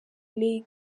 league